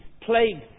plague